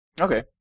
Okay